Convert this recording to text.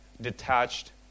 detached